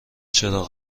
چراغ